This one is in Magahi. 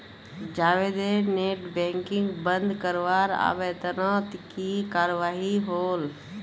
जावेदेर नेट बैंकिंग बंद करवार आवेदनोत की कार्यवाही होल?